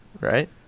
Right